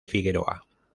figueroa